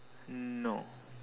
no